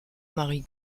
mary